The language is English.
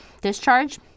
discharge